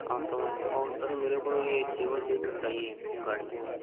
हाँ तो और सर मेरे को ये सेवन सीटर चाहिए गाड़ी